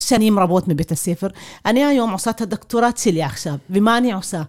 שנים רבות מבית הספר, אני היום עושה את הדוקטורט שלי עכשיו, ומה אני עושה?